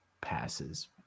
passes